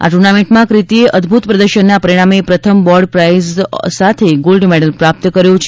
આ ટુર્નામેન્ટમાં ક્રિતીએ અદભૂત પ્રદર્શનના પરિંણામે પ્રથમ બોર્ડ પ્રાઇઝ સાથે ગોલ્ડ મેડલ પ્રાપ્ત કર્યો છે